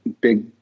big